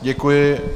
Děkuji.